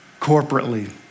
corporately